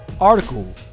article